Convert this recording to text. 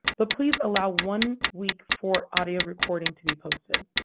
but please allow one week for audio recording to be posted.